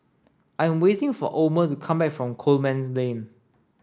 I'm waiting for Omer to come back from Coleman Lane